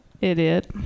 Idiot